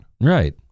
Right